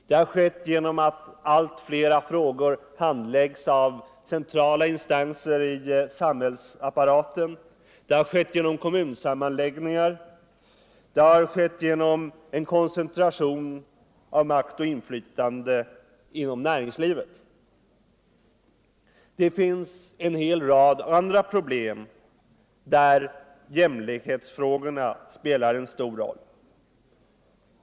Det har skett genom att allt fler frågor handläggs av centrala instanser i samhällsapparaten, det har skett genom kommunsammanläggningar, genom en koncentration av makt och inflytande inom näringslivet. Det finns en hel rad andra problem där jämlikhetsfrågorna spelar en stor roll.